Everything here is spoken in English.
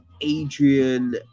Adrian